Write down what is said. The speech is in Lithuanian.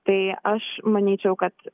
tai aš manyčiau kad